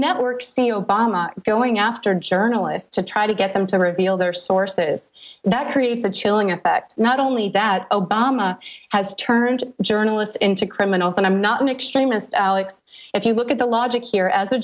networks see obama going after journalists to try to get them to reveal their sources that creates a chilling effect not only that obama has turned journalists into criminals and i'm not an extremist alex if you look at the logic here as a